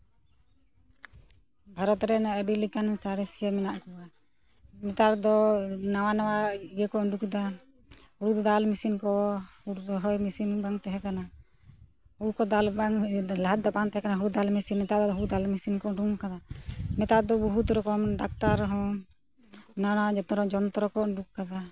ᱵᱷᱟᱨᱚᱛ ᱨᱮᱱ ᱟᱹᱰᱤ ᱞᱮᱠᱟᱱ ᱥᱟᱬᱮᱥᱤᱭᱟ ᱢᱮᱱᱟᱜ ᱠᱚᱣᱟ ᱱᱮᱛᱟᱨ ᱫᱚ ᱱᱟᱣᱟ ᱱᱚᱣᱟ ᱤᱭᱟᱹ ᱠᱚ ᱩᱰᱩᱠ ᱫᱟ ᱦᱳᱲᱳ ᱫᱟᱞ ᱢᱤᱥᱤᱱ ᱠᱚ ᱦᱩᱲᱩ ᱨᱚᱦᱚᱭ ᱢᱤᱥᱤᱱ ᱵᱟᱝ ᱛᱟᱦᱮᱠᱟᱱᱟ ᱦᱳᱲᱳ ᱠᱚ ᱫᱟᱞ ᱵᱟᱝ ᱞᱟᱦᱟ ᱛᱮᱫᱚ ᱵᱟᱝ ᱛᱟᱦᱮᱠᱟᱱᱟ ᱦᱳᱲᱳ ᱫᱟᱞ ᱢᱤᱥᱤᱱ ᱱᱮᱛᱟᱨ ᱫᱚ ᱦᱳᱲᱳ ᱫᱟᱞ ᱢᱤᱥᱤᱱ ᱠᱚ ᱩᱰᱩᱝ ᱠᱟᱫᱟ ᱱᱮᱛᱟᱨ ᱫᱚ ᱵᱚᱦᱩᱛ ᱨᱚᱠᱚᱢ ᱰᱟᱠᱛᱟᱨ ᱦᱚᱸ ᱱᱟᱱᱟ ᱨᱚᱠᱚᱢᱟᱜ ᱡᱚᱱᱛᱨᱚ ᱠᱚ ᱩᱰᱩᱠ ᱠᱟᱫᱟ